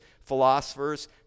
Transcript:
philosophers